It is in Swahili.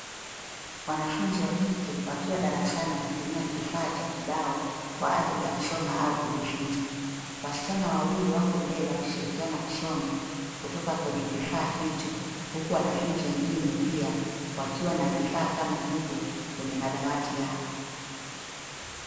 Wanafunzi wa kike wakiwa darasani wakitumia kifaa cha kibao kwa ajili ya kusoma au kujifunza wasichana wawili wako mbele wakishirikiana kusoma kutoka kwenye kifaa hicho huku wanafunzi wengine pia wakiwa na vifaa kama hivyo kwenye madawati yao.